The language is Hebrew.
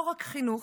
לא רק חינוך,